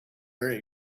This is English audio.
very